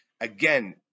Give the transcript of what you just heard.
again